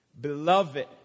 Beloved